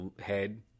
head